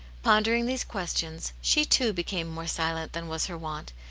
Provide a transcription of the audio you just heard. pon dering these questions, she, too, became more silent than was her wont,